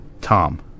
Tom